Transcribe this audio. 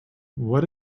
what